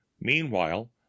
Meanwhile